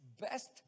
best